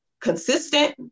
consistent